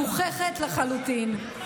פשוט חבורה מגוחכת לחלוטין.